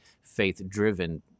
faith-driven